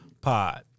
pod